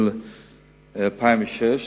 מ-2006,